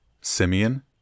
Simeon